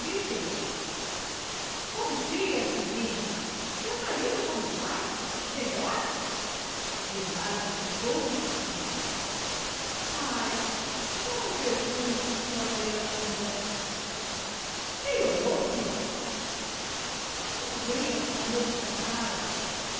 gritou-lhe bons dias vizinha seu marido como vai melhor piedade soltou um suspiro ai não mo pergunte sora leandra piorou filha não veio esta noite pra casa